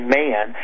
man